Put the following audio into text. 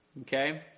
Okay